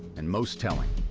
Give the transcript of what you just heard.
and most telling,